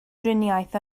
driniaeth